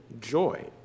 joy